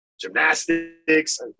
gymnastics